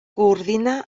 coordina